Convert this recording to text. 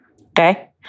Okay